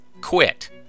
quit